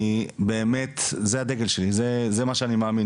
באמת זה הדגל שלי, זה מה שאני מאמין.